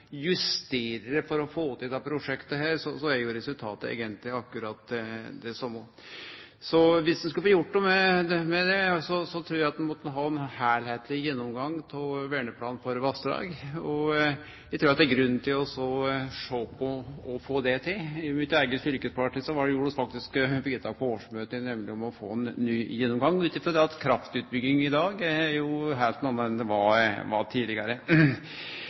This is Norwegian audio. justere han. Dersom ein opnar for det, opnar ein samtidig for rett og slett å undergrave det som Stortinget tidlegare har vedteke. Dersom ein opnar for dispensasjon eller justering for å få til dette prosjektet, er resultatet eigentleg det same. Dersom ein skulle få gjort noko med det, trur eg at ein må ha ein heilskapleg gjennomgang av Verneplan for vassdrag. Eg trur det er grunn til å sjå på om ein kan få til det. I mitt eige fylkesparti gjorde vi vedtak på årsmøtet om å få ein ny gjennomgang, ut frå at kraftutbygging i dag er noko heilt anna